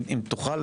אם תוכל